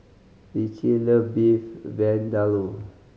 Ritchie loves Beef Vindaloo